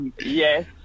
Yes